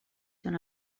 són